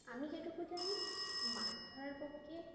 আমি যেটুকু জানি মাছ ধরার পক্ষে